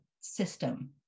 system